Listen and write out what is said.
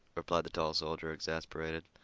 replied the tall soldier, exasperated.